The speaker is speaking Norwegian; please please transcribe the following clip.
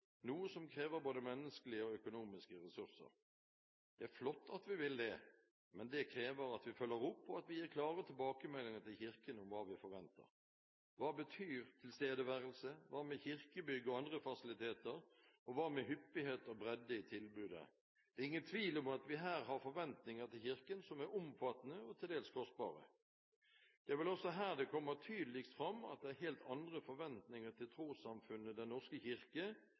noe som krever både menneskelige og økonomiske ressurser. Det er flott at vi vil det, men det krever at vi følger opp, og at vi gir klare tilbakemeldinger til Kirken om hva vi forventer. Hva betyr tilstedeværelse? Hva med kirkebygg og andre fasiliteter, og hva med hyppighet og bredde i tilbudet? Det er ingen tvil om at vi her har forventninger til Kirken som er omfattende og til dels kostbare. Det er vel også her det kommer tydeligst fram at det er helt andre forventninger til trossamfunnet Den norske kirke